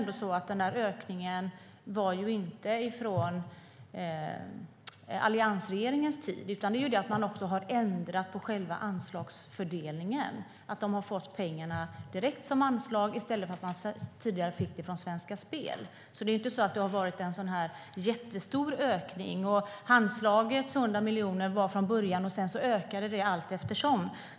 Den här ökningen skedde ju inte under alliansregeringens tid. Man har också ändrat på själva anslagsfördelningen. Pengarna betalats ut direkt som anslag i stället för, som tidigare, att man fick dem från Svenska Spel. Det har ju inte varit någon jättestor ökning. Handslagets 100 miljoner ökade allteftersom.